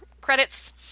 credits